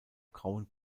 grauen